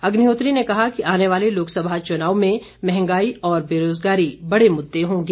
अग्निहोत्री ने कहा कि आने वाले लोकसभा चुनाव में मंहगाई और बेरोजगारी बड़े मुद्दे होंगे